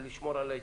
לשמור על היציבות.